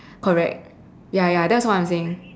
correct ya ya that's what I am saying